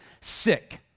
sick